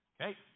Okay